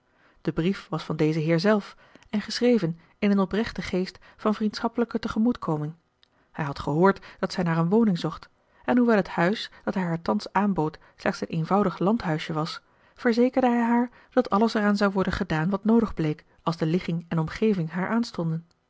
de brief was van dezen heer zelf en geschreven in een oprechten geest van vriendschappelijke tegemoetkoming hij had gehoord dat zij naar een woning zocht en hoewel het huis dat hij haar thans aanbood slechts een eenvoudig landhuisje was verzekerde hij haar dat alles eraan zou worden gedaan wat noodig bleek als de ligging en omgeving haar aanstonden